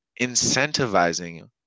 incentivizing